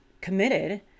committed